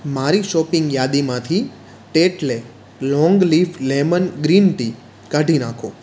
મારી શોપિંગ યાદીમાંથી Tetley long leaf lemon green tea કાઢી નાખો